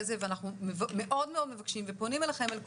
זה ואנחנו מאוד מבקשים ופונים אליכם,